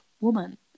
woman